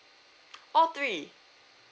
all three